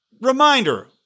Reminder